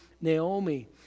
Naomi